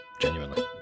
genuinely